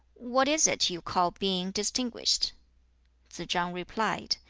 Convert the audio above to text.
what is it you call being distinguished three. tsze-chang replied,